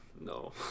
No